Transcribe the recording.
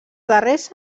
darrers